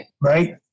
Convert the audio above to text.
Right